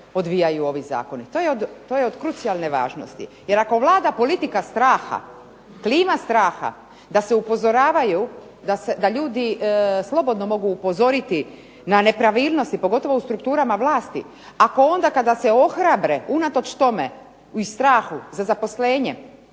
odvijaju ovi zakoni. To je od krucijalne važnosti. Jer ako vlada politika straha, klima straha, da se upozoravaju, da ljudi slobodno mogu upozoriti na nepravilnosti, pogotovo u strukturama vlasti, ako onda kada se ohrabre unatoč tome i strahu za zaposlenje,